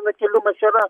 nukėlimas yra